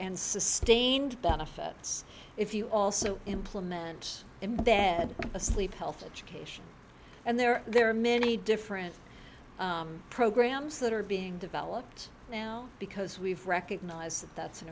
and sustained benefits if you also implement in bed asleep health education and there there are many different programs that are being developed now because we've recognized that that's an